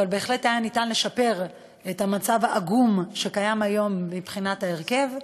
אבל בהחלט היה ניתן לשפר את המצב העגום שקיים היום מבחינת ההרכב.